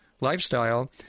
lifestyle